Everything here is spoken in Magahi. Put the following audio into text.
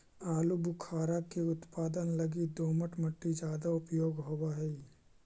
आलूबुखारा के उत्पादन लगी दोमट मट्टी ज्यादा उपयोग होवऽ हई